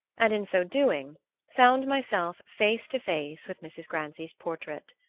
and in so doing found myself face to face with mrs. grancy's portrait.